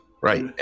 Right